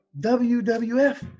WWF